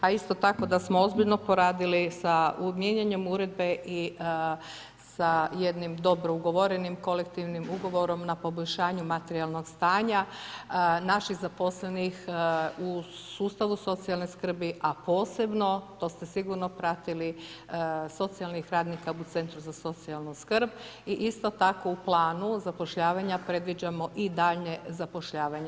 A isto tako, da smo ozbiljno proradili, sa mijenjanjem uredbe i sa jednim dobro ugovorenim kolektivnim ugovorom, na poboljšanju materijalnog stanja, naši zaposlenih u sustavu socijalne skrbi, a posebno, to ste sigurno pratili, socijalnih radnika u centru za socijalnu skrb i isto tako u planu zapošljavanja predviđamo i daljnje zapošljavanje.